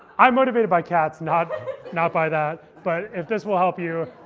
i'm motivated by cats, not not by that. but if this will help you,